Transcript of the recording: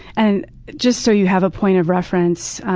and just so you have a point of reference,